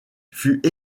fut